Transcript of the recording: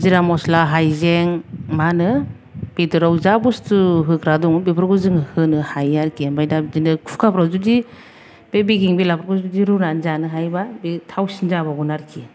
जिरा मसला हायजें माहोनो बेदराव जा बस्थु होग्रा दं बेखौ जों होनो हायो आरोखि ओमफ्राय दा बिदिनो कुखारफ्राव जुदि बे बेगें बेलाफोरखौ जुदि रुनानै जानो हायोबा बे थावसिन जाबावगोन आरोखि